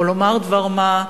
או לומר דבר מה,